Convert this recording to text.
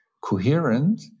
coherent